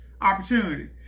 Opportunity